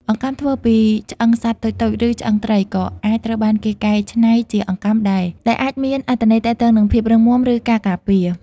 អង្កាំធ្វើពី ឆ្អឹងសត្វតូចៗ ឬឆ្អឹងត្រី ក៏អាចត្រូវបានគេកែច្នៃជាអង្កាំដែរ ដែលអាចមានអត្ថន័យទាក់ទងនឹងភាពរឹងមាំ ឬការការពារ។